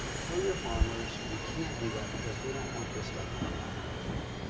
tell your farmers, you can't do that because we don't want this stuff ending up in our food.